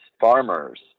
farmers